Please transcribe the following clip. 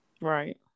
Right